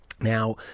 Now